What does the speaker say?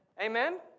Amen